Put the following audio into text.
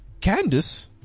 Candice